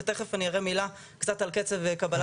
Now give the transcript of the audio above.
ותיכף אני אראה מילה קצת על קצב קבלת ההחלטות.